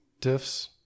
diffs